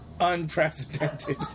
unprecedented